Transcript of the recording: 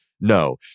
No